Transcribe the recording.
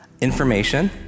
Information